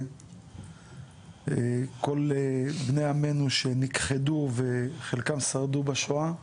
כל בני עמנו שנכחדו וחלקם שרדו בשואה.